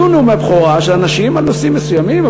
היו נאומי בכורה של אנשים על נושאים מסוימים,